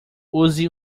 use